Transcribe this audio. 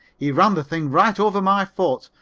he ran the thing right over my foot.